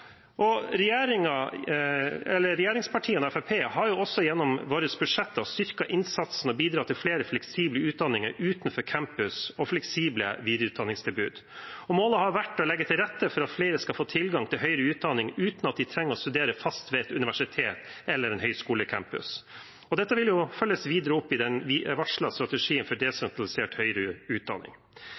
Regjeringspartiene og Fremskrittspartiet har også gjennom sine budsjetter styrket innsatsen og bidratt til flere fleksible utdanninger utenfor campus og fleksible videreutdanningstilbud. Målet har vært å legge til rette for at flere skal få tilgang til høyere utdanning uten at de trenger å studere fast ved et universitet eller en høyskolecampus. Dette vil følges videre opp i den varslede strategien for desentralisert høyere utdanning.